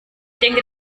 denke